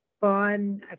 fun